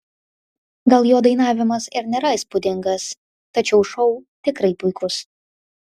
gal jo dainavimas ir nėra įspūdingas tačiau šou tikrai puikus